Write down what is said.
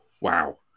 wow